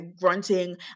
grunting